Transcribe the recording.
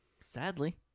Sadly